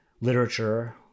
literature